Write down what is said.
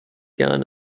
gun